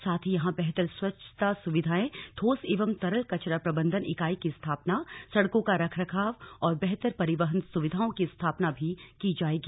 साथ ही यहां बेहतर स्वच्छता सुविधाएं ठोस एवं तरल कचरा प्रबंधन इकाई की स्थापना सड़कों का रखरखाव और बेहतर परिवहन सुविधाओं की स्थापना भी की जाएगी